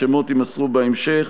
שמות יימסרו בהמשך.